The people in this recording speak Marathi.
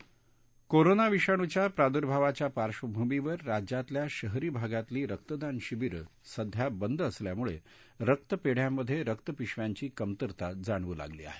रक्तदान औ सनील कोरोना विषाणूच्या प्रादुर्भावाच्या पार्श्वभूमीवर राज्याच्या शहरी भागातली रक्तदान शिबिरं सध्या बंद असल्यामुळं रक्त्पेढ्यांमध्ये रक्त पिशव्यांची कमतरता जाणवू लागली आहे